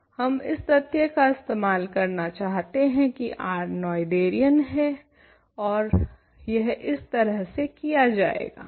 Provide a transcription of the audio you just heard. हम इस तथ्य का इस्तेमाल करना चाहते हैं की R नोएथेरियन है ओर यह इस तरह से किया जाएगा